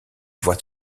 voix